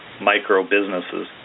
micro-businesses